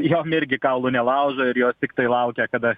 jom irgi kaulų nelaužo ir jos tiktai laukia kada